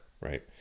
right